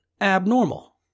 abnormal